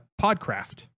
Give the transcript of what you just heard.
podcraft